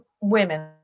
women